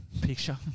Picture